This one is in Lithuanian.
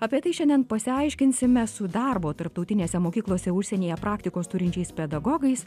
apie tai šiandien pasiaiškinsime su darbo tarptautinėse mokyklose užsienyje praktikos turinčiais pedagogais